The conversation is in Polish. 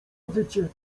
wycie